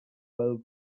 well